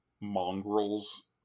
mongrels